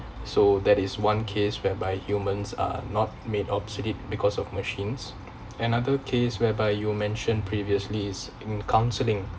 so that is one case whereby humans are not made obsolete because of machines another case whereby you mentioned previously is in counselling